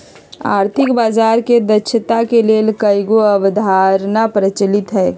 आर्थिक बजार के दक्षता के लेल कयगो अवधारणा प्रचलित हइ